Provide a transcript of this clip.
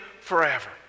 forever